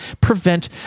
prevent